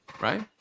Right